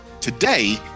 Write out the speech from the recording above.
Today